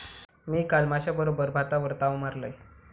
मी काल माश्याबरोबर भातावर ताव मारलंय